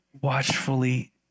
watchfully